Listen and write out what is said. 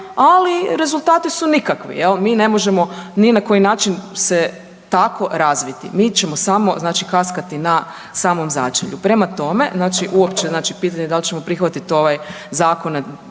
ali rezultati su nikakvi jel, mi ne možemo ni na koji način se tako razviti, mi ćemo samo kaskati na samom začelju. Prema tome, uopće pitanje dal ćemo prihvatiti ovaj